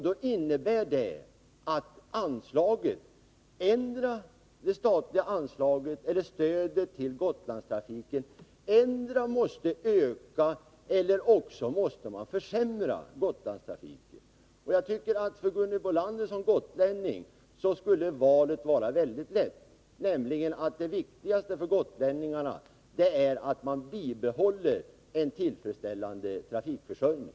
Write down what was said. Det innebär i sin tur antingen att det statliga anslaget eller stödet till Gotlandstrafiken måste öka eller att man måste försämra Gotlandstrafiken. Jag tycker att det valet skulle vara mycket lätt för Gunhild Bolander som gotlänning, nämligen att det viktigaste för gotlänningarna är att bibehålla en tillfredsställande trafikförsörjning.